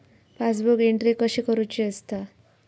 Passbook entry कशी करुची असता?